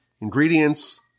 ingredients